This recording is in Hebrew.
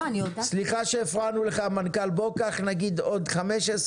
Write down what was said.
סליחה שהפרענו לך המנכ"ל קח עוד 5-10